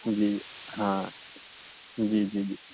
جی ہاں جی جی جی